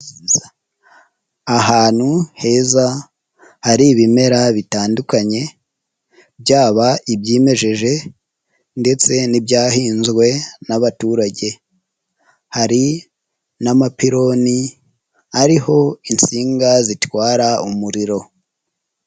Ahantu heza hari ibimera bitandukanye byaba ibyimejeje ndetse n'ibyahinzwe n'abaturage, hari n'amapironi ari ho insinga zitwara umuriro.